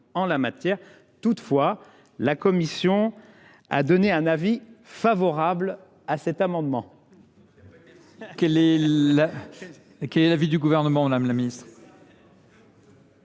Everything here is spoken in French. en la matière. Toutefois, la commission a émis un avis favorable sur cet amendement.